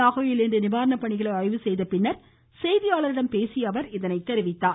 நாகையில் இன்று நிவாரண பணிகளை ஆய்வு செய்த பின் செய்தியாளர்களிடம் பேசிய அவர் இதனை தெரிவித்தார்